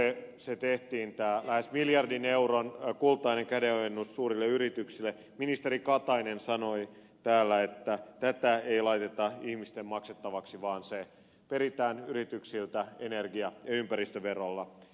silloin kun tämä lähes miljardin euron kultainen kädenojennus tehtiin suurille yrityksille ministeri katainen sanoi täällä että tätä ei laiteta ihmisten maksettavaksi vaan se peritään yrityksiltä energia ja ympäristöverolla